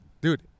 Dude